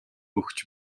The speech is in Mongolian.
өгч